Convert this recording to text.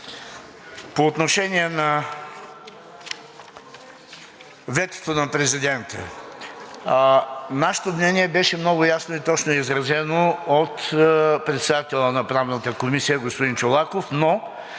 По отношение на ветото на президента. Нашето мнение беше много ясно и точно изразено от председателя на Правната комисия господин Чолаков, но,